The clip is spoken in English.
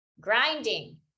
grinding